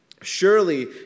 Surely